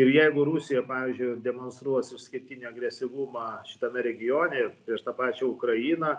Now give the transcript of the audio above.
ir jeigu rusija pavyzdžiui demonstruos išskirtinį agresyvumą šitame regione ir prieš tą pačią ukrainą